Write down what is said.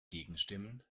gegenstimmen